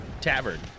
tavern